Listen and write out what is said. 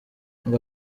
ngo